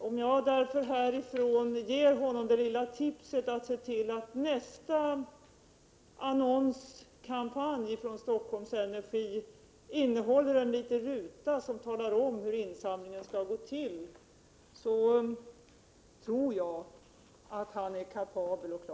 Om jag därför härifrån ger honom det lilla tipset att se till att nästa annonskampanj från — Prot. 1987/88:81 Stockholm Energi innehåller en liten ruta som talar om hur insamlingen skall 3 mars 1988